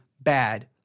bad